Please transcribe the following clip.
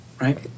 right